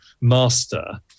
master